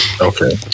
Okay